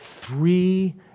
three